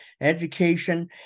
education